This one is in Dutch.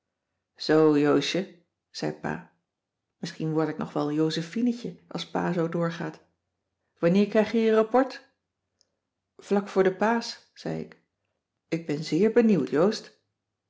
zoo joosje zei pa misschien word ik nog wel josephinetje als pa zoo doorgaat wanneer krijg je je rapport vlak voor de paasch zei ik ik ben zeer benieuwd joost